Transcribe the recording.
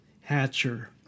Hatcher